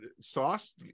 Sauce